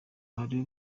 hari